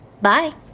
Bye